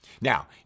Now